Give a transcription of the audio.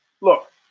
look